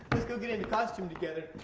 get into costume together.